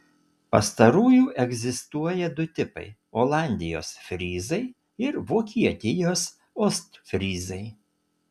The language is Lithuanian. pastarųjų egzistuoja du tipai olandijos fryzai ir vokietijos ostfryzai